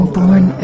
born